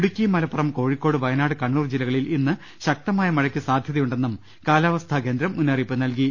ഇടുക്കി മലപ്പുറം കോഴിക്കോട് വയനാട് കണ്ണൂർ ജില്ലകളിൽ ഇന്ന് ശക്തമായ മഴക്ക് സാധൃതയുണ്ടെന്നും കാലാവസ്ഥാ കേന്ദ്രം മുന്നറിയിപ്പ് നൽകി